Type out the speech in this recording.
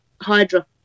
Hydra